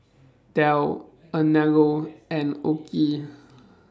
Dell Anello and OKI